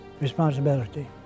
responsibility